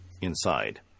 inside